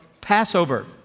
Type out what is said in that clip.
Passover